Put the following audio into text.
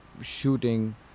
shooting